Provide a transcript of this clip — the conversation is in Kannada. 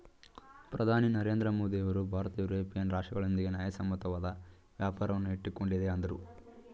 ಪ್ರಧಾನಿ ನರೇಂದ್ರ ಮೋದಿಯವರು ಭಾರತ ಯುರೋಪಿಯನ್ ರಾಷ್ಟ್ರಗಳೊಂದಿಗೆ ನ್ಯಾಯಸಮ್ಮತವಾದ ವ್ಯಾಪಾರವನ್ನು ಇಟ್ಟುಕೊಂಡಿದೆ ಅಂದ್ರು